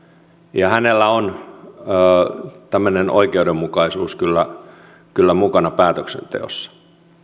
ja hänellä on tämmöinen oikeudenmukaisuus kyllä kyllä mukana päätöksenteossa